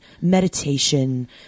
meditation